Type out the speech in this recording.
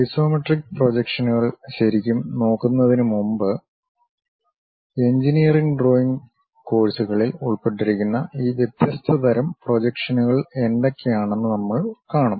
isometric പ്രൊജക്ഷനുകൾ ശരിക്കും നോക്കുന്നതിന് മുമ്പ് എഞ്ചിനീയറിംഗ് ഡ്രോയിംഗ് കോഴ്സിൽ ഉൾപ്പെട്ടിരിക്കുന്ന ഈ വ്യത്യസ്ത തരം പ്രൊജക്ഷനുകൾ എന്തൊക്കെയാണെന്ന് നമ്മൾ കാണും